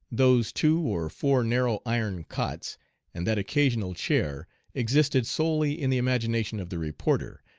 those two or four narrow iron cots and that occasional chair existed solely in the imagination of the reporter,